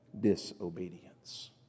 disobedience